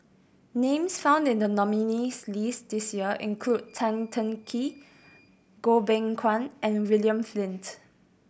names found in the nominees' list this year include Tan Teng Kee Goh Beng Kwan and William Flint